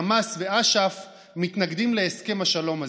חמאס ואש"ף מתנגדים להסכם השלום הזה.